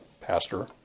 pastor